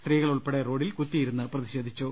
സ്ത്രീകളുൾപ്പെട്ടെ റോഡിൽ കുത്തിയിരുന്ന് പ്രതിഷേധിച്ചു